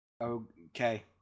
Okay